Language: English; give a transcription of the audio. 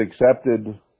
accepted